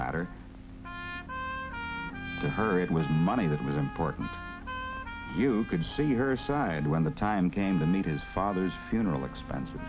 matter to her it was money that was important you could see her side when the time came to need his father's funeral expens